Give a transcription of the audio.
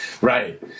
Right